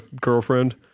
girlfriend